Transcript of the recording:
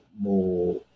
more